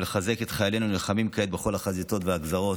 ולחזק את חיילינו הנלחמים כעת בכל החזיתות והגזרות.